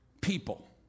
people